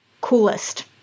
Coolest